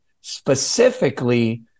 specifically